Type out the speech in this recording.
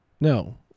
No